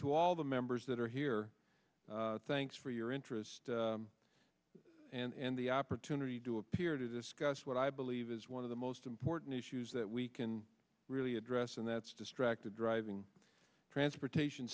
to all the members that are here thanks for your interest and the opportunity to appear to discuss what i believe is one of the most important issues that we can really address and that's distracted driving transportation